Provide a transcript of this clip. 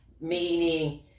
Meaning